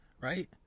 right